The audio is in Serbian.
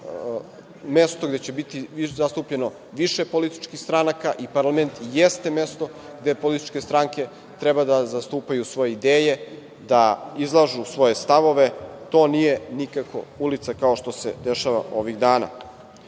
mesto gde će biti zastupljeno više političkih stranaka i parlament jeste mesto gde političke stranke treba da zastupaju svoje ideje, da izlažu svoje stavove. To nije nikako ulica kao što se dešava ovih